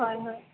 হয় হয়